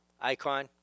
icon